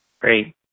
Great